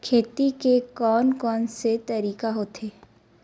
खेती के कोन कोन से तरीका होथे?